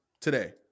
today